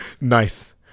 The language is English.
nice